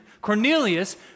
Cornelius